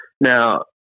Now